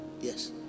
Yes